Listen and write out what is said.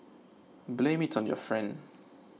blame it on your friend